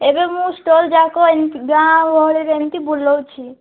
ଏବେ ମୁଁ ଷ୍ଟଲ୍ ଯାକ ଏମତି ଗାଁ ଗହଳିରେ ଏମତି ବୁଲଉଛି